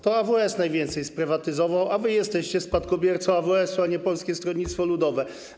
To AWS najwięcej sprywatyzował, a to wy jesteście spadkobiercą AWS-u, a nie Polskie Stronnictwo Ludowe.